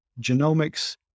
genomics